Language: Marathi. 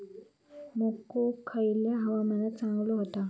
मको खयल्या हवामानात चांगलो होता?